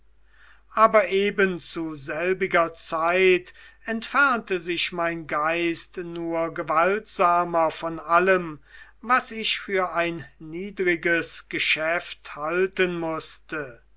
aber eben zu selbiger zeit entfernte sich mein geist nur gewaltsamer von allem was ich für ein niedriges geschäft halten mußte